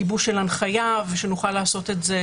גיבוש של הנחיה ושנוכל לעשות את זה